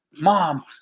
mom